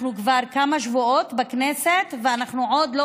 אנחנו כבר כמה שבועות בכנסת ואנחנו עוד לא